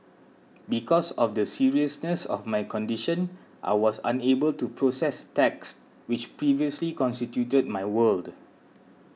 because of the seriousness of my condition I was unable to process text which previously constituted my world